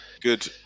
good